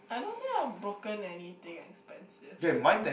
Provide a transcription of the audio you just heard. I don't think I have broken anything expensive eh